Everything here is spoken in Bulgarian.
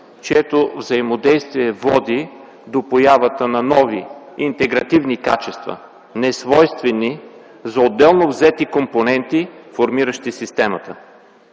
чието взаимодействие води до появата на нови интегративни качества, несвойствени за отделно взети компоненти, формиращи системата.